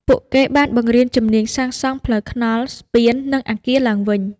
ពួកគេបានបង្រៀនជំនាញសាងសង់ផ្លូវថ្នល់ ស្ពាន និងអគារឡើងវិញ។